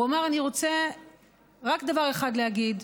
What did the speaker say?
הוא אמר: אני רוצה רק דבר אחד להגיד: